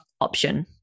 option